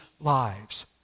lives